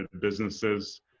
businesses